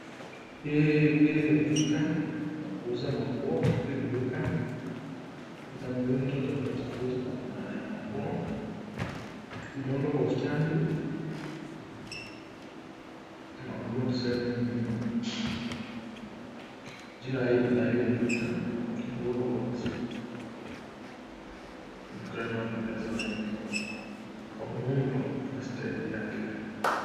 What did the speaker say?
Hili ni duka la kuuza manguo, hili duka lina miundo tofauti tofauti ya manguo. Imeundwa kwa ustandi, manguo design mingi mingi. Jina la hii duka ni Huulwalls .Duka inayopendeza wengi kwa muundo na stendi yake.